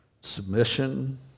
submission